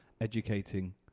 educating